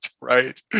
right